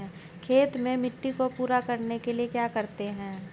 खेत में मिट्टी को पूरा करने के लिए क्या करते हैं?